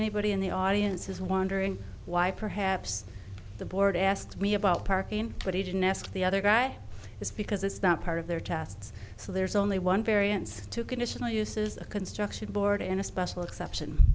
anybody in the audience is wondering why perhaps the board asked me about parking what he didn't ask the other guy is because it's not part of their tests so there's only one variance to conditional uses a construction board in a special exception